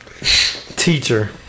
Teacher